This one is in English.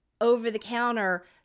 over-the-counter